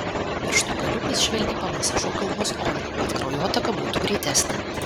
pirštų galiukais švelniai pamasažuok galvos odą kad kraujotaka būtų greitesnė